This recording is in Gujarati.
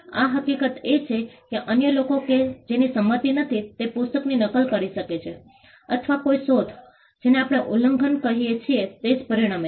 આ હકીકત એ છે કે અન્ય લોકો કે જેની સંમતિ નથી તે પુસ્તકની નકલ કરી શકે છે અથવા કોઈ શોધ જેને આપણે ઉલ્લંઘન કહીએ છીએ તે જ પરિણમે છે